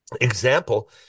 Example